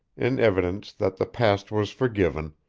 in evidence that the past was forgiven,